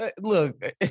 look